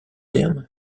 thermes